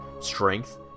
strength